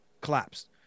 collapsed